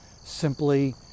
simply